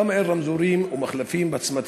1. למה אין רמזורים או מחלפים בצמתים?